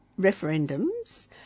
referendums